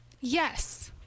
Yes